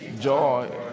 Joy